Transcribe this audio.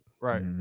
Right